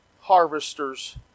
harvesters